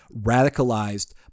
radicalized